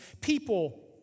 people